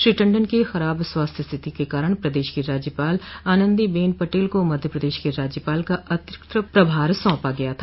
श्री टंडन की खराब स्वास्थ्य स्थिति के कारण प्रदेश की राज्यपाल आनंदी बेन पटेल को मध्य प्रदेश के राज्यपाल का अतिरिक्त प्रभार सांपा गया था